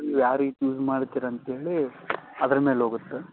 ನೀವು ಯಾವ ರೀಸ್ ಯೂಸ್ ಮಾಡ್ತೀರಿ ಅಂತೇಳಿ ಅದ್ರ ಮೇಲೆ ಹೋಗುತ್ತ